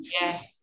Yes